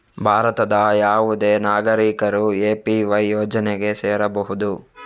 ಭಾರತದ ಯಾವುದೇ ನಾಗರಿಕರು ಎ.ಪಿ.ವೈ ಯೋಜನೆಗೆ ಸೇರಬಹುದು